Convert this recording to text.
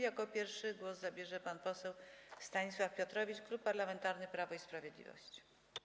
Jako pierwszy głos zabierze pan poseł Stanisław Piotrowicz, Klub Parlamentarny Prawo i Sprawiedliwość.